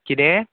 किदें